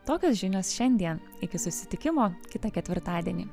tokios žinios šiandien iki susitikimo kitą ketvirtadienį